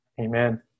amen